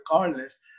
regardless